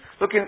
Look